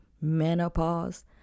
menopause